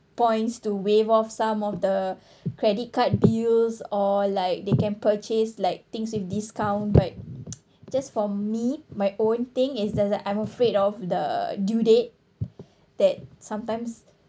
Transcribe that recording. points to waive off some of the credit card bills or like they can purchase like things with discount but just for me my own thing is there's I'm afraid of the due date that sometimes